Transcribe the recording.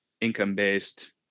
income-based